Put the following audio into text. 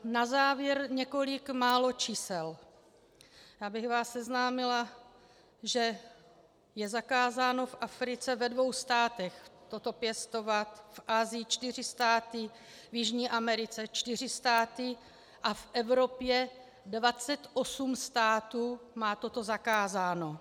Na závěr několik málo čísel, abych vás seznámila, že je zakázáno v Africe ve dvou státech toto pěstovat, v Asii čtyři státy, v Jižní Americe čtyři státy a v Evropě 28 států má toto zakázáno.